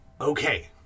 Okay